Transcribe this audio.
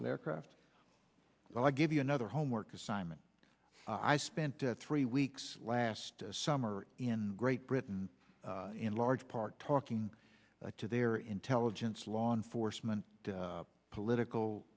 an aircraft well i give you another homework assignment i spent three weeks last summer in great britain in large part talking to their intelligence law enforcement political